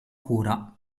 cura